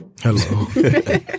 Hello